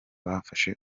bafashe